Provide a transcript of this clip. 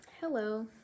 hello